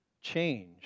change